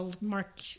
mark